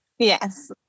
Yes